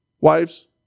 Wives